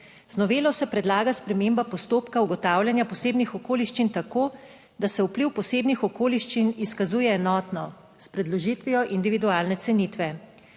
Z novelo se predlaga sprememba postopka ugotavljanja posebnih okoliščin tako, da se vpliv posebnih okoliščin izkazuje enotno s predložitvijo individualne cenitve.